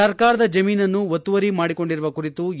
ಸರಕಾರದ ಜಮೀನನ್ನು ಒತ್ತುವರಿ ಮಾಡಿಕೊಂಡಿರುವ ಕುರಿತು ಎ